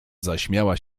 zaśmiała